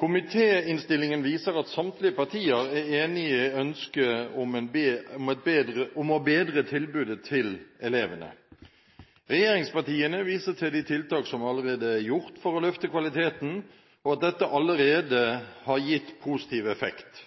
Komitéinnstillingen viser at samtlige partier er enig i ønsket om å bedre tilbudet til elevene. Regjeringspartiene viser til de tiltak som allerede er gjort for å løfte kvaliteten, og at dette allerede har gitt positiv effekt.